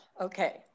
Okay